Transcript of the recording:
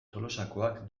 tolosakoak